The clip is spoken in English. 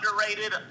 underrated